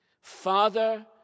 Father